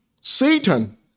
Satan